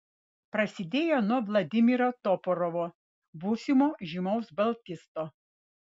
prasidėjo nuo vladimiro toporovo būsimo žymaus baltisto